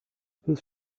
whose